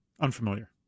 Unfamiliar